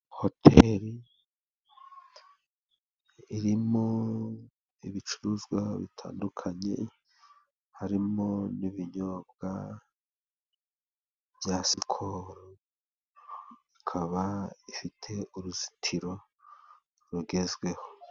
Hoteri irimo ibicuruzwa bitandukanye, harimo n'ibinyobwa bya sikoro, ikaba ifite uruzitiro rugezweho.